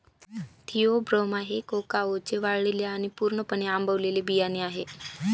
Theobroma हे कोकाओचे वाळलेले आणि पूर्णपणे आंबवलेले बियाणे आहे